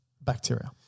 bacteria